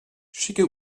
schicke